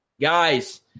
Guys